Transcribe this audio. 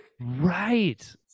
right